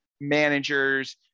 managers